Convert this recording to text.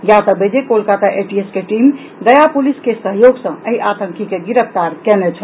ज्ञातव्य अछि जे कोलकाता एटीएस के टीम गया पुलिस के सहयोग सँ एहि आतंकी के गिरफ्तार कएने छल